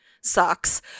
sucks